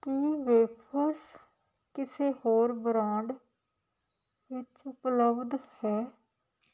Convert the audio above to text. ਕੀ wafers ਕਿਸੇ ਹੋਰ brand ਵਿੱਚ ਉਪਲਬਧ ਹੈ